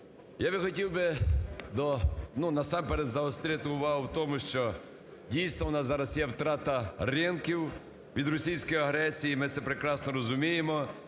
Я би хотів до… насамперед загострити увагу в тому, що, дійсно, у нас зараз є втрата ринків від російської агресії і ми це прекрасно розуміємо.